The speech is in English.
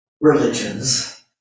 religions